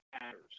matters